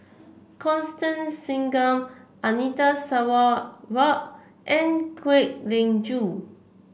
Constance Singam Anita Sarawak and Kwek Leng Joo